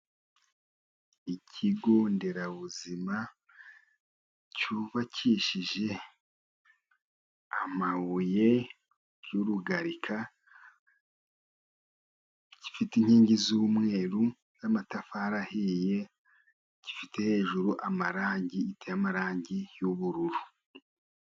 Ikigo nderabuzima cyubakishije amabuye y'urugarika; gifite inkingi z'umweru n'amatafari ahiye; gifite hejuru amarangi y'amarangi y'ubururu.